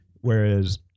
Whereas